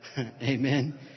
Amen